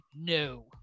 no